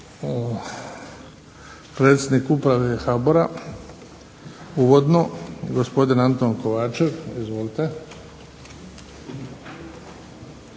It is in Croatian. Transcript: Predsjednike Uprave HBOR-a uvodno gospodin Anton KOvačev. Izvolite.